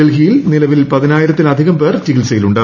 ഡൽഹിയിൽ നിലവിൽ പതിനായിരത്തിൽ അധികം പേർ ചികിത്സയിലുണ്ട്